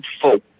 full